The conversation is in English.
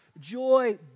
joy